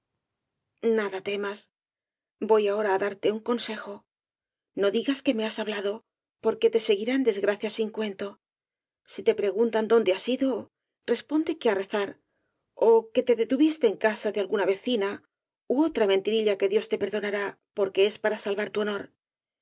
nada temas voy ahora á darte un consejo no digas que me has hablado porque te seguirían desgracias sin cuento si te preguntan adonde has ido responde que á rezar ó que te detuviste en casa de alguna vecina ú otra mentirilla que dios te perdonará